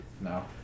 No